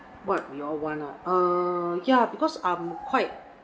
what we all want lah uh ya because I'm quite